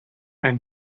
and